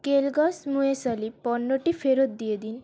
Kellogg's muesli পণ্যটি ফেরত দিয়ে দিন